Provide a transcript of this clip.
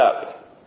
up